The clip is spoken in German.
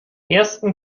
ersten